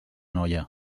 noia